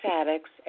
addicts